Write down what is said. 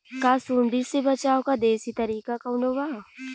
का सूंडी से बचाव क देशी तरीका कवनो बा?